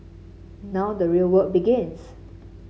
now the real work begins